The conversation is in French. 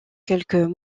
quelques